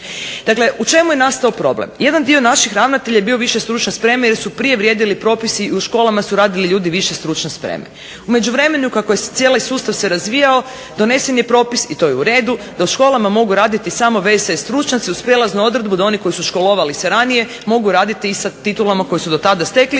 Dakle, u čemu je nastao problem? Jedan dio naših ravnatelja je bio više stručne spreme jer su prije vrijedili propisi i u školama su radili ljudi više stručne spreme. U međuvremenu kako je cijeli sustav se razvijao donesen je propis, i to je u redu, da u školama mogu raditi samo VSS stručnjaci uz prijelaznu odredbu da oni koji su školovali se ranije mogu raditi i sa titulama koje su dotada stekli,